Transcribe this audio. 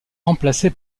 remplacée